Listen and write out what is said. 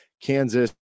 Kansas